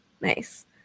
Nice